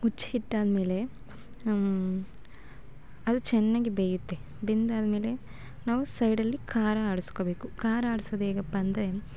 ಮುಚ್ಚಚಿ ಇಟ್ಟಾದ್ಮೇಲೆ ಅದು ಚೆನ್ನಾಗಿ ಬೇಯುತ್ತೆ ಬೆಂದಾದ್ಮೆಲೆ ನಾವು ಸೈಡಲ್ಲಿ ಖಾರ ಆಡಿಸ್ಕೊಬೇಕು ಖಾರ ಆಡ್ಸೋದು ಹೇಗಪ್ಪಾ ಅಂದರೆ